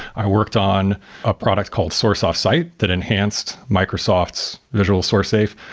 i worked on a product called source off-site that enhanced microsoft's visual sourcesafe,